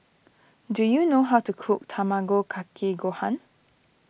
do you know how to cook Tamago Kake Gohan